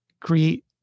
create